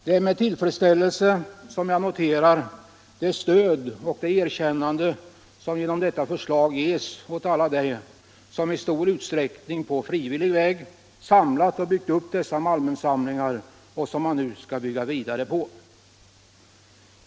Det är med tillfredsställelse som man noterar det stöd och det erkännande som genom detta förslag ges åt alla dem som, i stor utsträckning på frivillig väg, samlat och byggt upp dessa Malmensamlingar som man nu skall bygga vidare på.